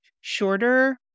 shorter